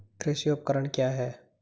कृषि उपकरण क्या है?